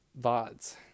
VODs